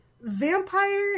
Vampire